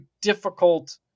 difficult